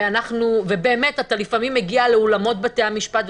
ובאמת לפעמים אתה מגיע לאולמות בתי המשפט,